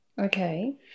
Okay